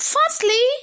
Firstly